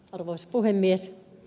arvoisa puhemies